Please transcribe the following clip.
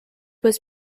was